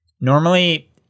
Normally